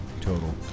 total